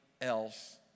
else